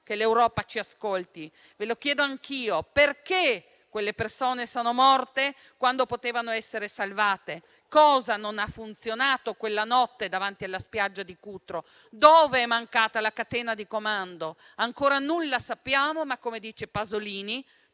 che l'Europa ci ascolti. Ve lo chiedo anch'io: perché quelle persone sono morte quando potevano essere salvate? Cosa non ha funzionato quella notte davanti alla spiaggia di Cutro? Dove è mancata la catena di comando? Ancora nulla sappiamo, ma, come dice Pasolini,